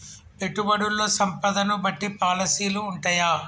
పెట్టుబడుల్లో సంపదను బట్టి పాలసీలు ఉంటయా?